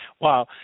Wow